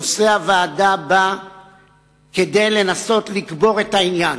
נושא הוועדה בא כדי לנסות לקבור את העניין.